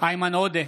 איימן עודה,